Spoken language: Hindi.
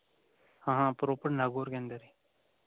हाँ हाँ प्रॉपर नागौर के अंदर ही